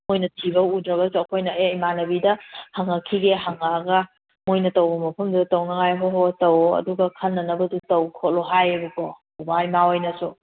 ꯃꯣꯏꯅ ꯊꯤꯔꯛꯎꯗ꯭ꯔꯒꯁꯨ ꯑꯩꯈꯣꯏꯅ ꯑꯦ ꯏꯃꯥꯟꯅꯕꯤꯗ ꯍꯪꯉꯛꯈꯤꯒꯦ ꯍꯪꯉꯛꯑꯒ ꯃꯣꯏꯅ ꯇꯧꯕ ꯃꯐꯝꯗꯨꯗ ꯇꯧꯅꯉꯥꯏ ꯍꯣꯏ ꯍꯣꯏ ꯇꯧꯋꯣ ꯑꯗꯨꯒ ꯈꯟꯅꯅꯕꯗꯨ ꯇꯧ ꯈꯣꯠꯂꯨ ꯍꯥꯏꯑꯦꯕꯀꯣ ꯕꯕꯥ ꯏꯃꯥ ꯍꯣꯏꯅꯁꯨ